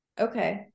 Okay